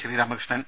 Sreeramakrishnan